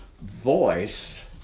voice